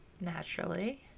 Naturally